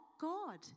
God